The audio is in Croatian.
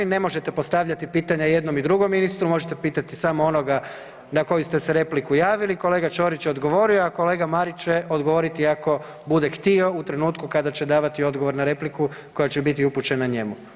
Ne možete postavljati pitanja i jednom i drugom ministru, možete pitati samo onoga na koju ste se repliku javili, kolega Ćorić je odgovorio, a kolega Marić će odgovoriti ako bude htio u trenutku kada će davati odgovor na repliku koja će biti upućena njemu.